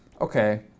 okay